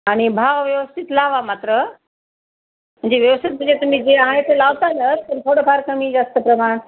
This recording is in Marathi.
आणि भाव व्यवस्थित लावा मात्र म्हणजे व्यवस्थित म्हणजे तुम्ही जे आहे ते लावलात तर थोडंफार कमी जास्त प्रमाण